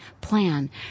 plan